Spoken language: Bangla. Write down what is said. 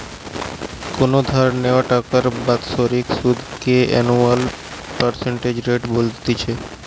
কোনো ধার নেওয়া টাকার বাৎসরিক সুধ কে অ্যানুয়াল পার্সেন্টেজ রেট বলতিছে